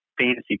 fantasy